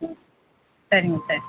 ம் சரிங்க சார்